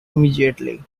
immediately